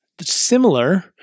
similar